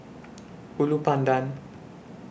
Ulu Pandan